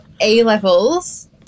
A-levels